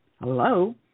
hello